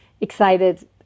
excited